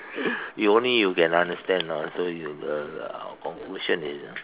you only you can understand lah so you uh our conclusion is